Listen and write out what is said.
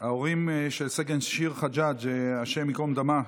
ההורים של סגן שיר חג'אג', השם ייקום דמה.